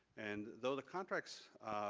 and though the contracts